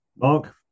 Mark